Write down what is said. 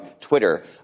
Twitter